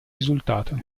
risultato